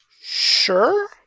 Sure